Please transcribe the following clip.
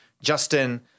Justin